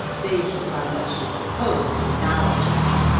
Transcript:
based upon what she supposed to be knowledge of him.